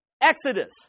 Exodus